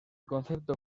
concepto